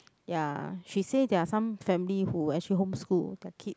ya she say there are some family who actually home school their kids